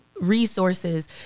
resources